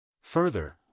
Further